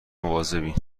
مواظبی